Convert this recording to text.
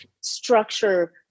structure